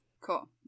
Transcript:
cool